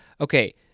Okay